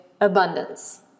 abundance